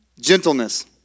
Gentleness